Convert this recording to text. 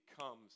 comes